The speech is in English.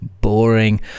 boring